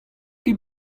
ket